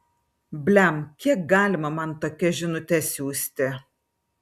blem kiek galima man tokias žinutes siųsti